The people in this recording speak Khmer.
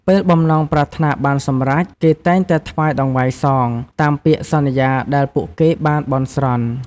ពេលបំណងប្រាថ្នាបានសម្រេច គេតែងតែថ្វាយតង្វាយសង តាមពាក្យសន្យាដែលពួកគេបានបន់ស្រន់។